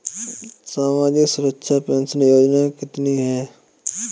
सामाजिक सुरक्षा पेंशन योजना कितनी हैं?